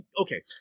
okay